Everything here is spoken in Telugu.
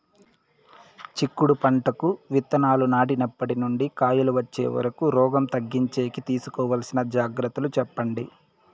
చిక్కుడు పంటకు విత్తనాలు నాటినప్పటి నుండి కాయలు వచ్చే వరకు రోగం తగ్గించేకి తీసుకోవాల్సిన జాగ్రత్తలు చెప్పండి?